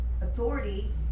authority